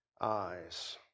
eyes